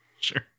Sure